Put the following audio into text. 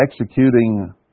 executing